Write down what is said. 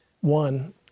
One